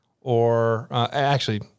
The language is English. or—actually